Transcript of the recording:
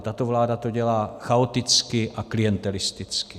Tato vláda to dělá chaoticky a klientelisticky.